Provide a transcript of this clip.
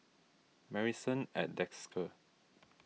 Marrison at Desker